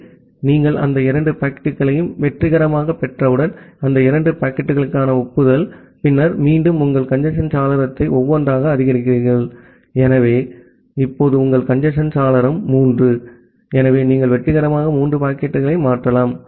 ஆகவே நீங்கள் அந்த இரண்டு பாக்கெட்டுகளையும் வெற்றிகரமாகப் பெற்றவுடன் அந்த இரண்டு பாக்கெட்டுகளுக்கான ஒப்புதல் பின்னர் மீண்டும் உங்கள் கஞ்சேஸ்ன் சாளரத்தை ஒவ்வொன்றாக அதிகரிக்கிறீர்கள் ஆகவே இப்போது உங்கள் கஞ்சேஸ்ன் சாளரம் மூன்று ஆகவே நீங்கள் வெற்றிகரமாக மூன்று பாக்கெட்டுகளை மாற்றலாம்